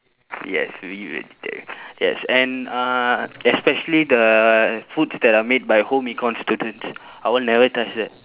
yes we eat vegetarian yes and uh especially the foods that are made by home econs students I will never touch that